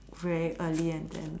very early and then